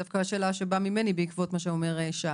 זו דווקא שאלה שבאה ממני, בעקבות מה שאומר שי.